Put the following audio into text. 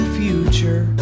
future